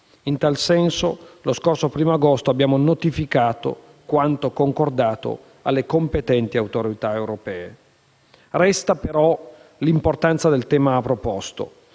In tal senso, lo scorso 1° agosto abbiamo notificato quanto concordato alle competenti autorità europee. Resta però l'importanza del tema proposto